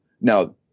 now